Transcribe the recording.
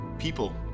People